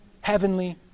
heavenly